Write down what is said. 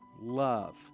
love